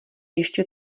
ještě